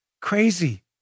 crazy